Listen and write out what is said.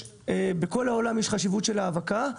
בכל העולם יש חשיבות של האבקה,